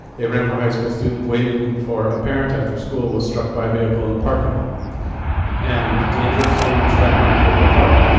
a rampart high school student waiting for a parent after school was struck by a vehicle in the parking lot and dangerously trapped under the car.